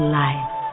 life